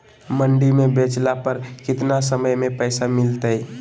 मंडी में बेचला पर कितना समय में पैसा मिलतैय?